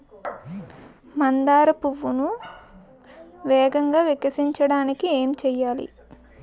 మందార పువ్వును వేగంగా వికసించడానికి ఏం చేయాలి?